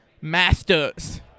Masters